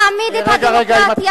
שנעמיד את הדמוקרטיה,